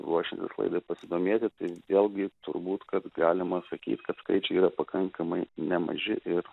ruošiantis laidai pasidomėti tai vėlgi turbūt kad galima sakyt kad skaičiai yra pakankamai nemaži ir